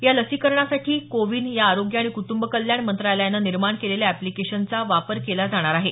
या लसीकरणासाठी CoWIN या आरोग्य आणि कुटूंब कल्याण मंत्रालयानं तयार केलेल्या एप्लिकेशनचा वापर केला जाणार आहे